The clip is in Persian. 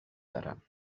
دارم